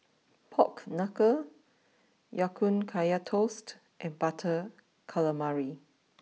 Pork Knuckle Ya Kun Kaya Toast and Butter Calamari